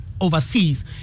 overseas